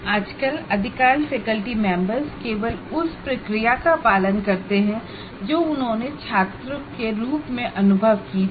आजकल अधिकांश faculty members केवल उस प्रक्रिया का पालन करते हैं जो उन्होंने छात्रों के रूप में अनुभव की थी